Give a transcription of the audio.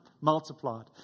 multiplied